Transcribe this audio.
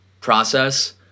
process